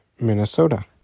Minnesota